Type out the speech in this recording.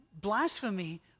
blasphemy